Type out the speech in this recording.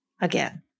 again